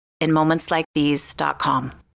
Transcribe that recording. InMomentsLikeThese.com